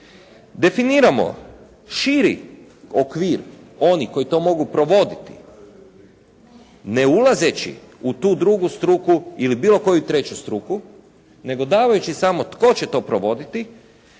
definiramo širi okvir onih koji to mogu provoditi ne ulazeći u tu drugu struku ili bilo koju treću struku nego davajući samo tko će to provoditi?